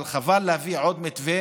אבל חבל להביא עוד מתווה